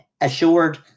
assured